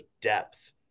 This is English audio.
depth